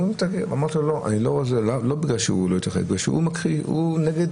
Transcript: אמרתי: לא, אני לא רוצה, בגלל שהוא מכחיש, הוא נגד